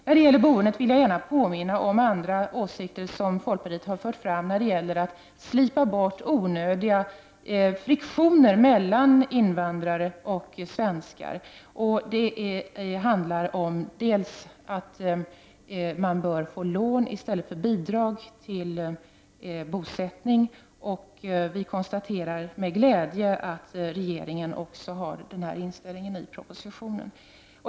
När det gäller boendet vill jag gärna påminna om andra åsikter som folkpartiet har fört fram när det gäller att slipa bort onödig friktion mellan invandrare och svenskar. Det handlar bl.a. om att invandrare bör få lån i stället för bidrag till bosättning, och vi konstaterar med glädje att regeringen också har den inställningen i propositionen.